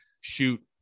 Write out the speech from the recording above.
shoot